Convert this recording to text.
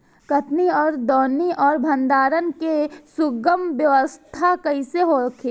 कटनी और दौनी और भंडारण के सुगम व्यवस्था कईसे होखे?